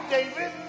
David